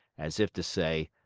as if to say,